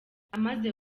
amaze